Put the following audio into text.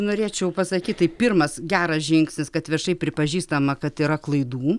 norėčiau pasakyti tai pirmas geras žingsnis kad viešai pripažįstama kad yra klaidų